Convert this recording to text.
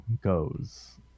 goes